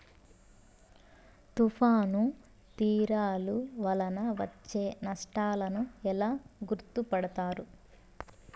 తుఫాను తీరాలు వలన వచ్చే నష్టాలను ఎలా గుర్తుపడతారు?